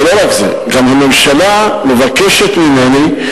ולא רק זה, גם הממשלה מבקשת ממני,